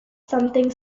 something